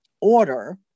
order